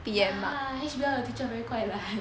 ya H_B_L the teacher very guai lan